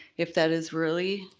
if that is really,